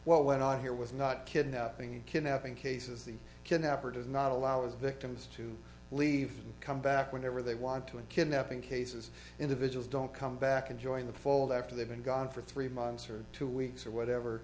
what went on here was not kidnapping the kidnapping cases the kidnapper does not allow as victims to leave and come back whenever they want to and kidnapping cases individuals don't come back and join the fold after they've been gone for three months or two weeks or whatever